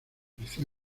creció